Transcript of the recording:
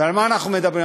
ועל מה אנחנו מדברים?